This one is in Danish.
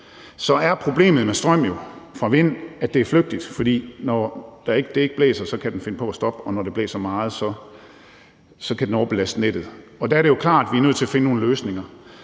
Så er problemet med strøm fra vind jo, at det er flygtigt, for når det ikke blæser, kan den finde på at stoppe, og når det blæser meget, kan den overbelaste nettet, og der er det klart at vi er nødt til at finde nogle løsninger.